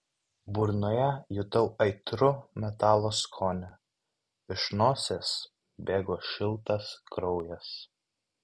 burnoje jutau aitrų metalo skonį iš nosies bėgo šiltas kraujas